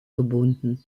gebunden